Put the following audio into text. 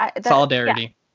solidarity